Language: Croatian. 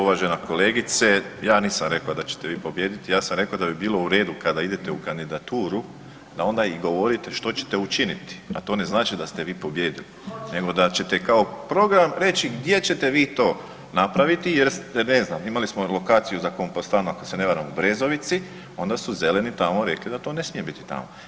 Uvažena kolegice, ja nisam rekao da ćete vi pobijediti, ja sam rekao da bi bilo u redu kada idete u kandidaturu da onda i govorite što ćete učiniti, a to ne znači da ste vi pobijedili nego da ćete kao program reći gdje ćete vi to napraviti jer ste, ne znam, imali smo lokaciju za kompostanu ako se ne varam u Brezovici, onda su zeleni tamo rekli da to ne smije biti tamo.